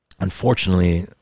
unfortunately